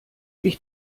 ich